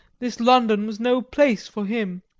this london was no place for him.